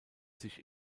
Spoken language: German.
sich